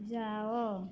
ଯାଅ